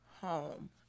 home